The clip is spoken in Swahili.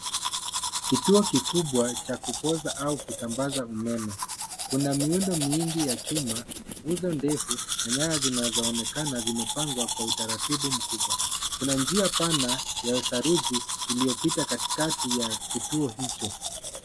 Kituo kikubwa cha kupoza au kusambaza umeme. Kuna miundo mingi ya chuma, nguzo ndefu na nyaya zinazoonekana zimepangwa kwa utaratibu mkubwa. Kuna njia pana ya saruji iliyopita katikati ya kituo hicho.